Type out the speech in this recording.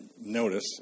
notice